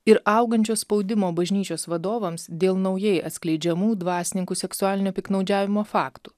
ir augančio spaudimo bažnyčios vadovams dėl naujai atskleidžiamų dvasininkų seksualinio piktnaudžiavimo faktų